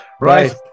Right